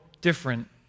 different